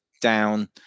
down